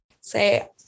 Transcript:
say